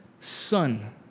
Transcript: son